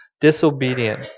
disobedient